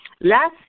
Last